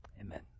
Amen